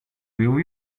will